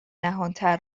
نهانتر